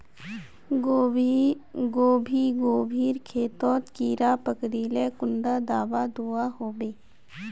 गोभी गोभिर खेतोत कीड़ा पकरिले कुंडा दाबा दुआहोबे?